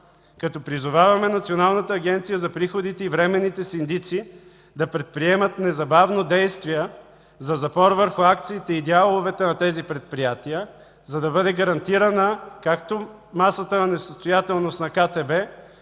като призоваваме Националната агенция за приходите и временните синдици да предприемат незабавно действия за запор върху акциите и дяловете на тези предприятия, за да бъде гарантирана както масата на несъстоятелност на КТБ,